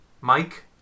Mike